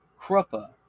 Krupa